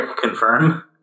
confirm